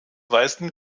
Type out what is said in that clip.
weisen